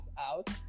out